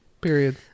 Period